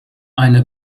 eine